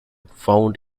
found